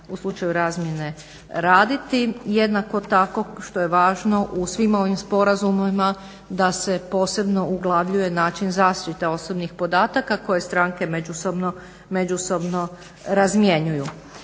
u slučaju razmjene raditi. Jednako tako što je važno u svim ovim sporazumima da se posebno uglavljuje način zaštite osobnih podataka koje stranke međusobno razmjenjuju.